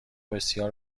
بسیار